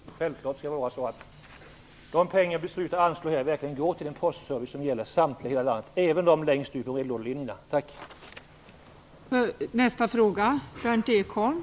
Fru talman! Jag är tacksam för det sista svaret. Jag hoppas självklart att det skall vara så att de pengar vi beslutar att anslå verkligen går till en postservice som gäller samtliga i hela landet, även dem som bor längst ut på brevlådelinjen.